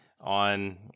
on